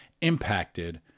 impacted